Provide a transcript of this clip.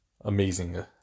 amazing